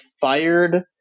fired